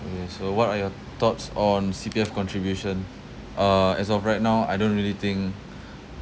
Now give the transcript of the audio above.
okay so what are your thoughts on C_P_F contribution uh as of right now I don't really think